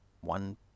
One